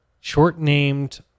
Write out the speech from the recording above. short-named